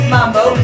Mambo